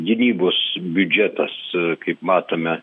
gynybos biudžetas kaip matome